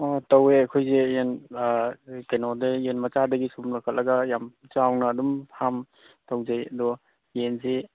ꯑꯣ ꯇꯧꯋꯦ ꯑꯩꯈꯣꯏꯁꯦ ꯌꯦꯟ ꯀꯩꯅꯣꯗꯩ ꯌꯦꯟ ꯃꯆꯥꯗꯒꯤ ꯁꯨꯅ ꯂꯣꯈꯠꯂꯒ ꯌꯥꯝ ꯆꯥꯎꯅ ꯑꯗꯨꯝ ꯐꯥꯔꯝ ꯇꯧꯖꯩ ꯑꯗꯣ ꯌꯦꯟꯁꯤ